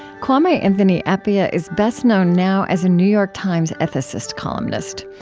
kwame anthony appiah is best known now as a new york times ethicist columnist.